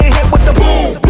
hit with the boom